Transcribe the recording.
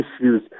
issues